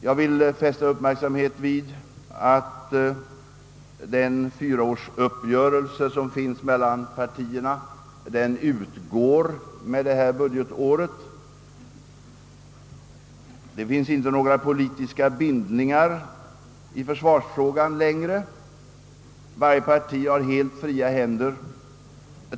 Jag vill fästa uppmärksamheten vid att den fyraårsuppgörelse som finns mellan partierna utgår vid innevarande budgetårs slut. Det finns inte några politiska bindningar i försvarsfrågan längre — varje parti har helt fria händer.